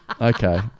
Okay